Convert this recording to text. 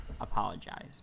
apologize